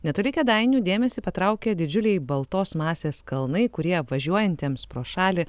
netoli kėdainių dėmesį patraukia didžiuliai baltos masės kalnai kurie važiuojantiems pro šalį